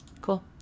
cool